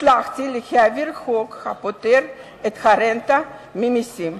הצלחתי להעביר חוק הפוטר את הרנטה ממסים.